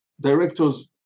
directors